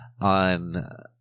on